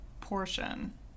portion